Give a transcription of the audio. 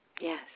Yes